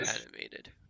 Animated